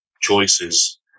choices